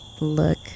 look